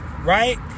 right